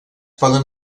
poden